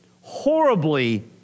horribly